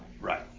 Right